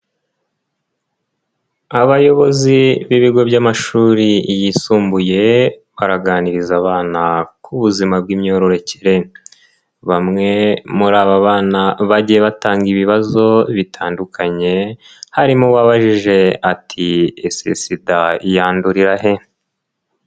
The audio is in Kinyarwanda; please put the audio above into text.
Abayobozi b'ibigo by'amashuri yisumbuye, baraganiriza abana ku buzima bw'imyororokere, bamwe muri aba bana bagiye batanga ibibazo bitandukanye, harimo uwajije ati " Ese SIDA yandurira he?".